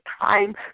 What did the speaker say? time